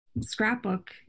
scrapbook